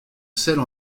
celle